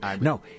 No